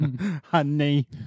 Honey